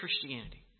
Christianity